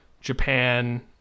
Japan